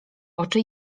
oczy